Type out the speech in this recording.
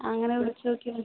അങ്ങനെ വിളിച്ച് നോക്കിയതുകൊണ്ട്